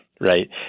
right